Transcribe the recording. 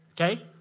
okay